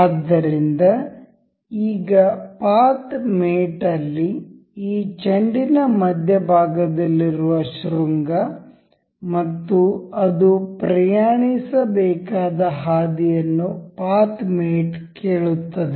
ಆದ್ದರಿಂದ ಈಗ path mate ಆಲ್ಲಿ ಈ ಚೆಂಡಿನ ಮಧ್ಯಭಾಗದಲ್ಲಿರುವ ಶೃಂಗ ಮತ್ತು ಅದು ಪ್ರಯಾಣಿಸಬೇಕಾದ ಹಾದಿಯನ್ನು ಪಾತ್ ಮೇಟ್ ಕೇಳುತ್ತದೆ